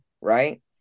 right